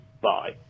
bye